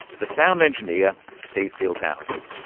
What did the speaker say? the sound engineer, steve fieldhouse.